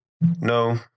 No